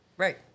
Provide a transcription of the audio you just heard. Right